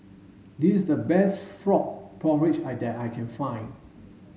this is the best frog porridge I that I can find